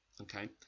okay